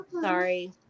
Sorry